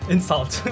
Insult